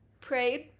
prayed